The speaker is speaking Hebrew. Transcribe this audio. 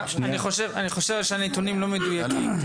אני חושב שמדובר בנתונים לא מדויקים.